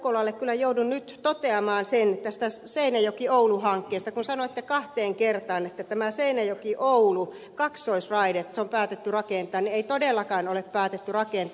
ukkolalle kyllä joudun nyt toteamaan tästä seinäjokioulu hankkeesta kun sanoitte kahteen kertaan että tämä seinäjokioulu kaksoisraide on päätetty rakentaa että ei todellakaan ole päätetty rakentaa